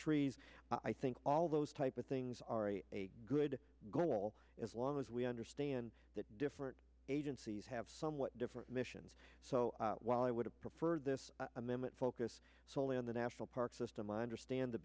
trees i think all those type of things are a good goal as long as we understand that different agencies have somewhat different missions so while i would have preferred this amendment focus solely on the national park system i understand the